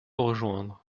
rejoindre